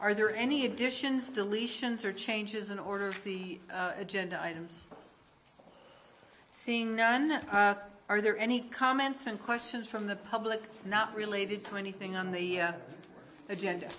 are there any additions deletions or changes in order of the agenda items seeing none are there any comments and questions from the public not related to anything on the agenda